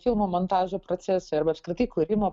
filmo montažo procesui arba apskritai kūrimo